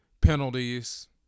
penalties